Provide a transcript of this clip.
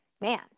man